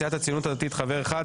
סיעת הציונות הדתית חבר אחד,